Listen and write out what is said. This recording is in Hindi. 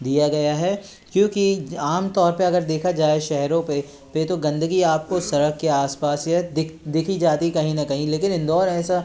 दिया गया है क्योंकि आम तौर पे अगर देखा जाए शहरों पे पे तो गंदगी आपको सड़क के आसपास यह देखी जाती कहीं ना कहीं लेकिन इंदौर ऐसा